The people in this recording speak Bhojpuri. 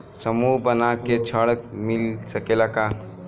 समूह बना के ऋण मिल सकेला का?